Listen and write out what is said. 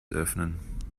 öffnen